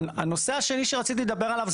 הנושא השני שרצית לדבר עליו,